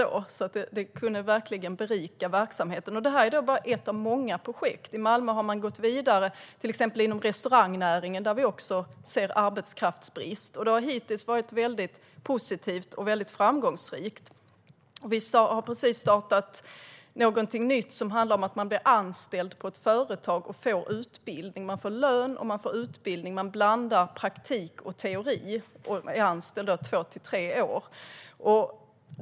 Det kunde alltså verkligen berika verksamheten. Detta är bara ett av många projekt. I Malmö har man gått vidare inom till exempel restaurangnäringen, där vi också ser arbetskraftsbrist. Det har hittills varit väldigt positivt och framgångsrikt. Vi har precis startat någonting nytt som handlar om att man blir anställd på ett företag och får utbildning. Man får lön och utbildning, och man blandar praktik och teori. Man är anställd i två till tre år.